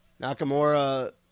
Nakamura